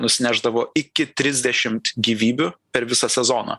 nusinešdavo iki trisdešimt gyvybių per visą sezoną